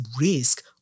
risk